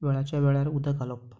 वेळाच्या वेळार उदक घालप